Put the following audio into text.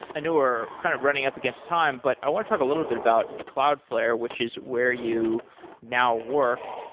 i know we're kind of running up against time, but i want to talk a little bit about cloudflare, which is where you now work.